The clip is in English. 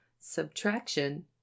Subtraction